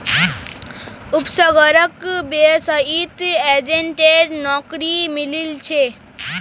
उपसर्गक बीएसईत एजेंटेर नौकरी मिलील छ